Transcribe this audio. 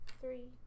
three